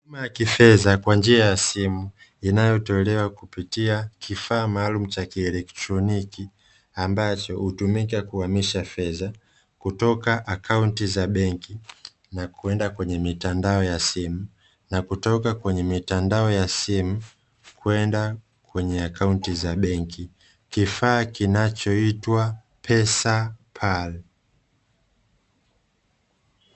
Huduma ya kifedha kwa njia ya simu inayotolewa kupitia kifaa maalumu cha kielektroniki ambacho hutumika kuhamisha fedha kutoka akaunti za benki na kwenda kwenye mitandao ya simu na kutoka kwenye mitandao ya simu Kwenda kwenye akaunti za benki. Kifaa kinachoitwa pesa pali.